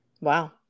Wow